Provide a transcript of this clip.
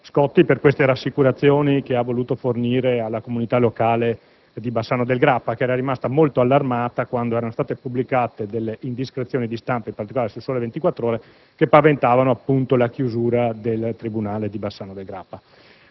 per queste rassicurazioni che ha voluto fornire alla comunità locale di Bassano del Grappa, rimasta molto allarmata quando erano state pubblicate delle indiscrezioni di stampa, in particolare su "Il Sole 24 Ore", che paventavano appunto la chiusura del tribunale di Bassano del Grappa.